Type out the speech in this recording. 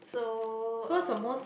so uh